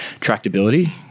tractability